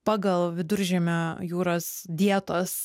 pagal viduržemio jūros dietos